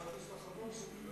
חשבתי שאתה חבר שלי.